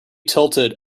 tilted